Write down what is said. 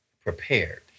prepared